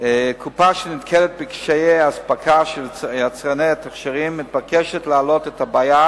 קופה שנתקלת בקשיי אספקה של יצרני התכשירים מתבקשת להעלות את הבעיה"